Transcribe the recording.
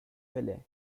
fillet